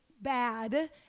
bad